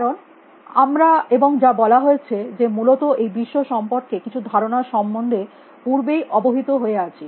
কারণ আমরা এবং যা বলা হয়েছে যে মূলত এই বিশ্ব সম্পর্কে কিছু ধারণা সম্বন্ধে পূর্বেই অবহিত হয়ে আছি